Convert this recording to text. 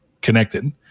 connected